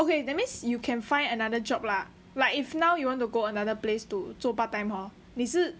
okay that means you can find another job lah like if now you want to go another place to 做 part time hor 你是